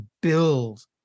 build